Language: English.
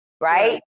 Right